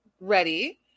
ready